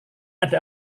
ada